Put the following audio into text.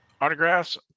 autographs